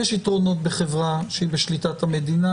יש יתרונות בחברה שהיא בשליטת המדינה,